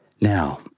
Now